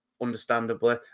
understandably